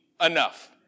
enough